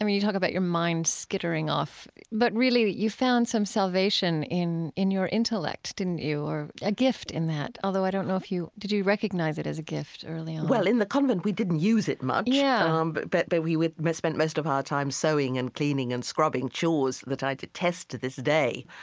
um you talk about your mind skittering off, but really you found some salvation in in your intellect, didn't you, or a gift in that? although i don't know if you did you recognize it as a gift early on? well, in the convent we didn't use it much. yeah um but but but we would would spend most of our time sewing and cleaning and scrubbing, chores that i detest to this day.